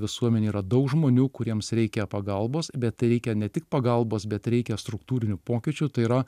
visuomenė yra daug žmonių kuriems reikia pagalbos bet reikia ne tik pagalbos bet reikia struktūrinių pokyčių tai yra